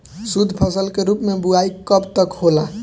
शुद्धफसल के रूप में बुआई कब तक होला?